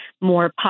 more